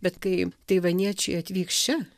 bet kai taivaniečiai atvyks čia